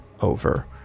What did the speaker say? over